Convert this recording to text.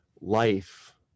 Life